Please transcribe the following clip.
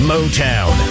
Motown